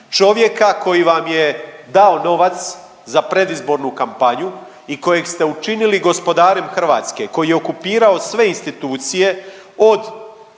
čovjeka koji vam je dao novac za predizbornu kampanju i kojeg ste učinili gospodarem Hrvatske, koji je okupirao sve institucije, od